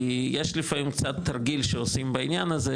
כי יש לפעמים קצת תרגיל שעושים בעניין הזה,